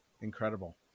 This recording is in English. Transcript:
incredible